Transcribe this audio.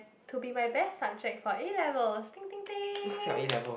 to be my best subject for A levels ding ding ding